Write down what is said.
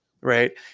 Right